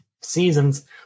seasons